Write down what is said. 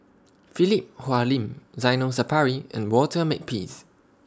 Philip Hoalim Zainal Sapari and Walter Makepeace